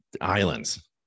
islands